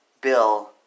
bill